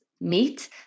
meat